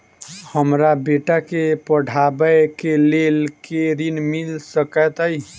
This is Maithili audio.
हमरा बेटा केँ पढ़ाबै केँ लेल केँ ऋण मिल सकैत अई?